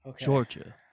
Georgia